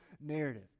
narrative